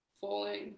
falling